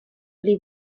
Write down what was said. pli